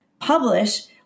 Publish